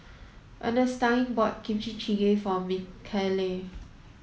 Ernestine bought Kimchi jjigae for Michaele